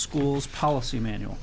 school's policy manual